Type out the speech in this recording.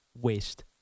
waste